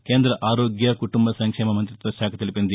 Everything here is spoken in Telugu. కేంద్ర ఆరోగ్య కుటుంబ సంక్షేమ మంతిత్వశాఖ తెలిపింది